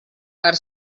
per